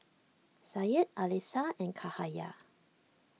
Syed Alyssa and Cahaya